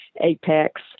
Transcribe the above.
Apex